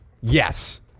Yes